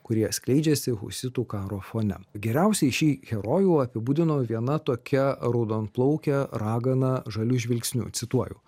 kurie skleidžiasi husitų karo fone geriausiai šį herojų apibūdino viena tokia raudonplaukė ragana žaliu žvilgsniu cituoju